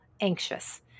anxious